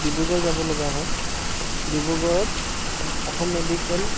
ডিব্ৰুগড় যাব লগা হয় ডিব্ৰুগড়ত অসম মেডিকেল